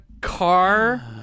car